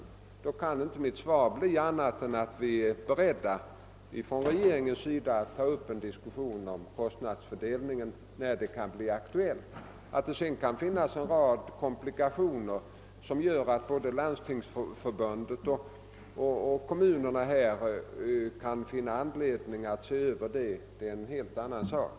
Därför kan inte mitt svar bli annat än att vi från regeringens sida är beredda att ta upp en diskussion om kostnadsfördelningen när detta kan bli aktuellt. Att det sedan kan finnas en rad komplikationer som gör att både Lands tingsförbundet och kommunerna kan finna anledning att se över detta är en helt annan sak.